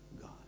God